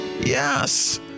Yes